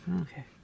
Okay